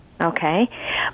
okay